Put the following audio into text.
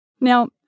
Now